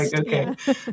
okay